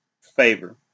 favor